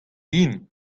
vihan